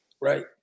Right